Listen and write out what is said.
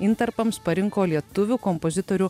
intarpams parinko lietuvių kompozitorių